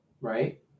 right